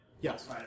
Yes